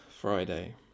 Friday